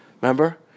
Remember